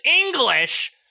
english